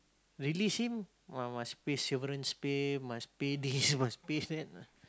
release him ah must pay severance pay must pay this must pay that ah